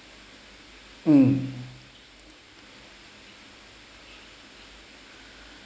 um